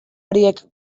horiek